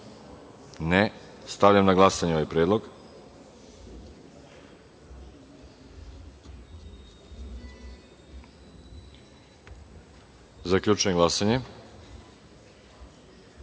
(Ne.)Stavljam na glasanje ovaj predlog. Zaključujem glasanje